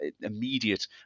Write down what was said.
immediate